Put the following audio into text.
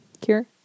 Cure